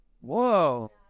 Whoa